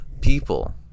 people